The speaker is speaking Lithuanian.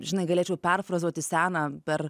žinai galėčiau perfrazuoti seną per